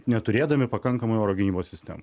neturėdami pakankamai oro gynybos sistemų